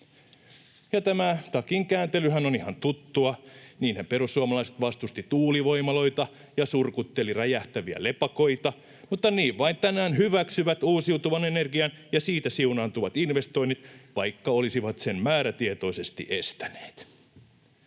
Tämä takinkääntelyhän on ihan tuttua, niinhän perussuomalaiset vastustivat tuulivoimaloita ja surkuttelivat räjähtäviä lepakoita, mutta niin vain tänään hyväksyvät uusiutuvan energian ja siitä siunaantuvat investoinnit, vaikka olisivat sen määrätietoisesti estäneet.